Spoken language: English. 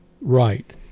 right